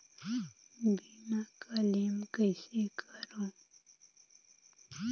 बीमा क्लेम कइसे करों?